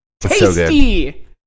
Tasty